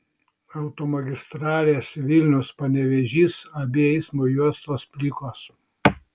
automagistralės vilnius panevėžys abi eismo juostos plikos